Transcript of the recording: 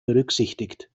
berücksichtigt